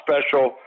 special